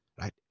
right